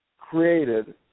created